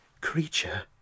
creature